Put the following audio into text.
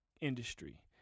industry